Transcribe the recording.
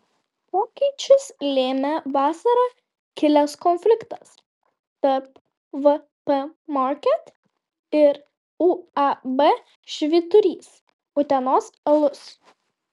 pokyčius lėmė vasarą kilęs konfliktas tarp vp market ir uab švyturys utenos alus